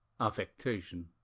affectation